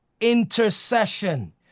intercession